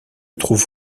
trouve